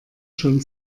schon